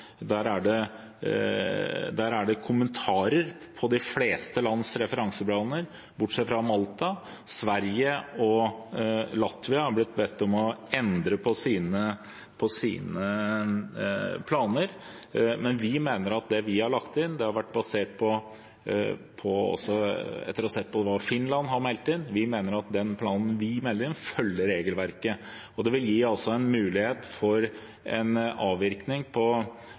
Malta. Sverige og Latvia har blitt bedt om å endre på sine planer, men vi mener at det vi har lagt inn, den planen vi melder inn – etter å ha sett på hva Finland har meldt inn – følger regelverket. Det vil gi en mulighet for en avvirkning på